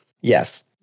Yes